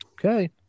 Okay